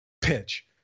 pitch